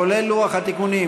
כולל לוח התיקונים,